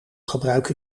gebruik